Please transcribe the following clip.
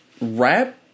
Rap